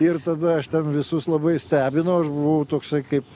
ir tada aš ten visus labai stebinau aš buvau toksai kaip